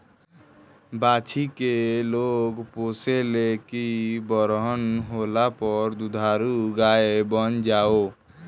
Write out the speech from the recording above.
बाछी के लोग पोसे ले की बरहन होला पर दुधारू गाय बन जाओ